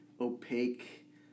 opaque